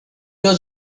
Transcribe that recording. was